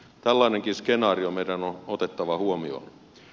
tällainenkin skenaario meidän on otettava huomioon